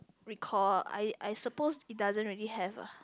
recall I I supposed it doesn't really have ah